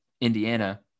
Indiana